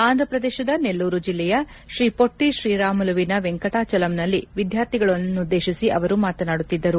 ಅಂದ್ರಪ್ರದೇಶದ ನೆಲ್ಲೂರು ಜಿಲ್ಲೆಯ ಶ್ರೀಮೊಟ್ಟಿ ಶ್ರೀರಾಮುಲುವಿನ ವೆಂಕಟಾಚಲಂನಲ್ಲಿ ವಿದ್ಯಾರ್ಥಿಗಳನ್ನುದ್ದೇತಿಸಿ ಅವರು ಮಾತನಾಡುತ್ತಿದ್ದರು